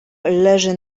leży